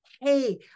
hey